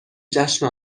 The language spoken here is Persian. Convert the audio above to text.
جشن